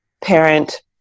parent